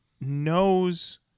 knows